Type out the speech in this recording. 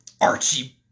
Archie